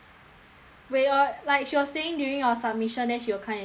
wait your like she was saying during your submission then she will come and give you food right